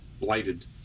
blighted